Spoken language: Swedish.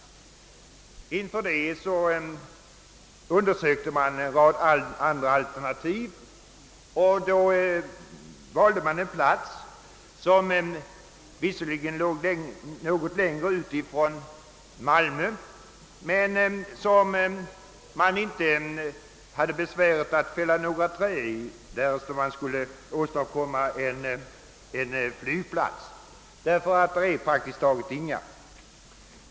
Därför undersökte man en rad andra alternativ och valde en plats som visserligen ligger något längre från Malmö, men där man inte behöver fälla några träd, därest man skulle förlägga en flygplats dit. Där finns nämligen praktiskt taget inga träd.